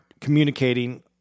communicating –